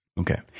okay